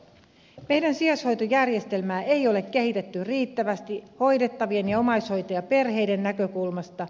meidän sijaishoitojärjestelmää ei ole kehitetty riittävästi hoidettavien ja omaishoitajaperheiden näkökulmasta